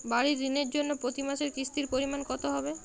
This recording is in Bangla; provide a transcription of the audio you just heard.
বাড়ীর ঋণের জন্য প্রতি মাসের কিস্তির পরিমাণ কত হবে?